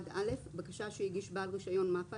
"(1א)בקשה שהגיש בעל רישיון מפ"א,